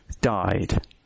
died